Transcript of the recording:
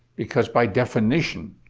because by definition,